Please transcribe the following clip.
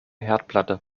herdplatte